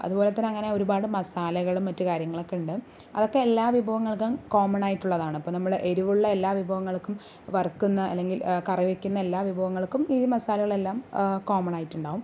അതുപോലെ തന്നെ അങ്ങനെ ഒരുപാട് മസാലകളും മറ്റു കാര്യങ്ങളൊക്കെ ഉണ്ട് അതൊക്കെ എല്ലാ വിഭവങ്ങൾക്കും കോമ്മണായിട്ടുള്ളതാണ് ഇപ്പം നമ്മൾ എരിവുള്ള എല്ലാ വിഭവങ്ങൾക്കും വറുക്കുന്ന അല്ലെങ്കിൽ കറി വെയ്ക്കുന്ന എല്ലാ വിഭവങ്ങൾക്കും ഈ മസാലകൾ എല്ലാം കോമ്മൺ ആയിട്ടുണ്ടാകും